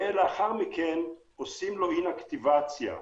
ולאחר מכן עושים לו אינאקטיבציה,